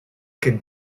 could